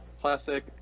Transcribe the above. classic